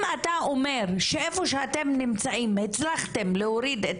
אם אתה אומר שאיפה שאתם נמצאים הצלחתם להוריד את